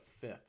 fifth